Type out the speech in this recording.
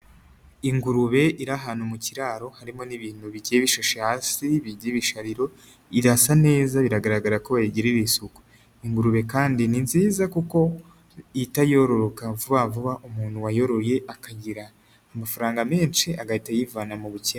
Ingurube ira ahantu mu kiraro, harimo n'ibintu bigiye bishashe, hasi bigira ibishariro, irasa neza biragaragara ko bayigirira isuku, ingurube kandi ni nziza kuko ihita yororoka vuba vuba, umuntu wayoroye akagira amafaranga menshi, agahita yivana mu bukene.